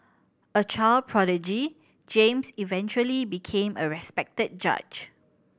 a child prodigy James eventually became a respected judge